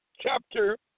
chapter